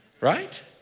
Right